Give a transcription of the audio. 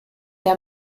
der